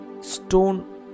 Stone